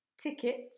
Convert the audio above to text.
tickets